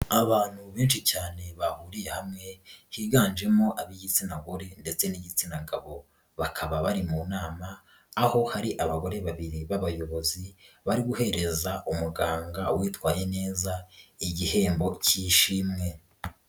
Abantu benshi cyane bahuriye hamwe higanjemo ab'igitsina gore ndetse n'igitsina gabo bakaba bari mu nama aho hari abagore babiri b'abayobozi bari guhereza umuganga witwaye neza igihembo k'ishimwe.